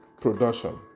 production